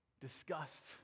disgust